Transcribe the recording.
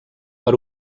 per